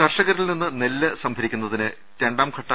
കർഷകരിൽ നിന്ന് നെല്ല് സംഭരിക്കുന്നതിന് രണ്ടാം ഘട്ടു